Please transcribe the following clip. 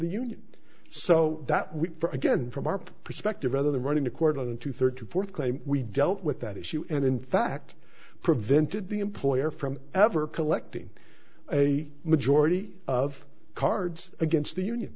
the union so that we again from our perspective rather than running to court on to third to fourth claim we dealt with that issue and in fact prevented the employer from ever collecting a majority of cards against the union